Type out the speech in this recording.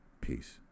peace